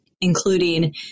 including